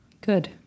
Good